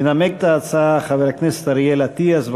ינמק את ההצעה חבר הכנסת אריאל אטיאס.